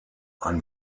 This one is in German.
ein